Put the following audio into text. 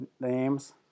names